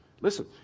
Listen